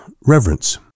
reverence